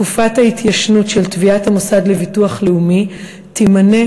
תקופת ההתיישנות של תביעת המוסד לביטוח לאומי תימנה